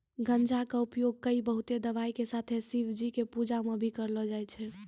गांजा कॅ उपयोग कई बहुते दवाय के साथ शिवजी के पूजा मॅ भी करलो जाय छै